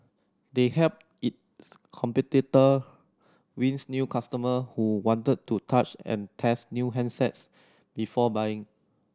they helped its competitor wins new customer who wanted to touch and test new handsets before buying